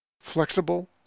Flexible